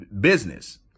business